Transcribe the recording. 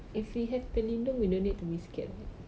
if we have pelindung we no need to be scared [what]